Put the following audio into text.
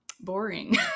boring